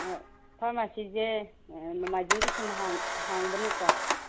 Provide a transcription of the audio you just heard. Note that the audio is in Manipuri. ꯐꯥꯔꯃꯥꯁꯤꯁꯦ ꯅꯣꯡꯃꯥꯏꯖꯤꯡꯁꯨ ꯁꯨꯝ ꯍꯥꯡꯕ ꯅꯠꯇ꯭ꯔꯣ